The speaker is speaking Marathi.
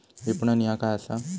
विपणन ह्या काय असा?